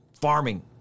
farming